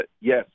yes